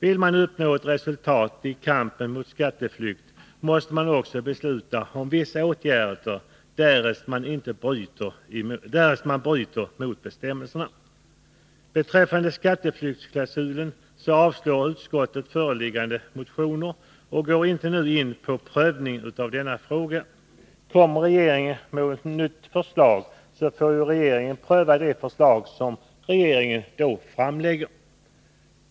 Vill man uppnå ett resultat i kampen mot skatteflykten måste man också besluta om vissa åtgärder, som skall vidtas mot den som bryter mot bestämmelserna. Vad gäller skatteflyktsklausul avstyrker utskottet föreliggande motioner och går inte nu in på prövning av denna fråga. Lägger regeringen fram något nytt förslag får riksdagen i så fall pröva detta.